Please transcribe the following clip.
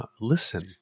listen